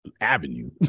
avenue